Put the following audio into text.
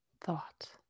thought